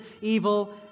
evil